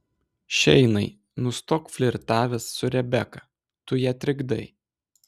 šeinai nustok flirtavęs su rebeka tu ją trikdai